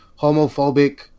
homophobic